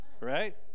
right